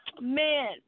Man